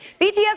BTS